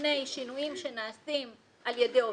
מפני שינויים שנעשים על ידי עובדים,